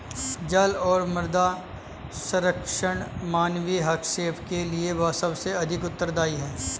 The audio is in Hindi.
जल और मृदा संरक्षण मानवीय हस्तक्षेप के लिए सबसे अधिक उत्तरदायी हैं